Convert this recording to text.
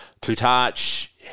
Plutarch